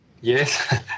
Yes